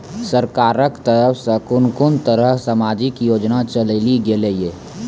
सरकारक तरफ सॅ कून कून तरहक समाजिक योजना चलेली गेलै ये?